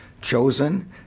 chosen